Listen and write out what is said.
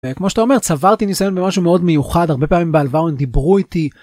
כמו שאתה אומר צברתי ניסיון במשהו מאוד מיוחד הרבה פעמים בעלוון דיברו איתי.